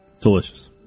Delicious